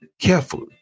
careful